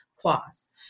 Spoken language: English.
clause